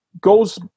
goes